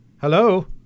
Hello